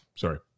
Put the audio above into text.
Sorry